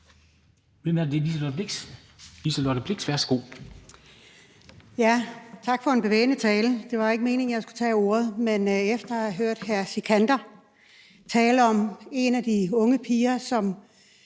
Værsgo. Kl. 15:58 Liselott Blixt (DF): Tak for en bevægende tale. Det var ikke meningen, at jeg skulle tage ordet, men efter at have hørt hr. Sikandar Siddique tale om en af de unge piger, som